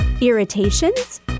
Irritations